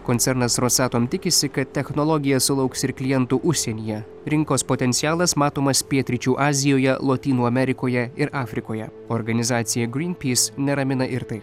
koncernas rosatom tikisi kad technologija sulauks ir klientų užsienyje rinkos potencialas matomas pietryčių azijoje lotynų amerikoje ir afrikoje organizaciją greenpeace neramina ir tai